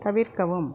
தவிர்க்கவும்